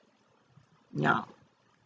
ya